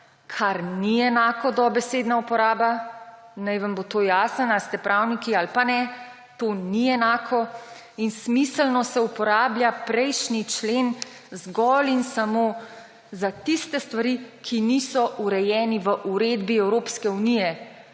kar ni enako kot dobesedna uporaba, naj vam bo to jasno. Ali ste pravniki ali pa ne, to ni enako. In smiselno se uporablja prejšnji člen zgolj in samo za tiste stvari, ki niso urejene v uredbi Evropske unije.